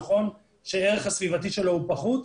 נכון שהערך הסביבתי שלה הוא פחות,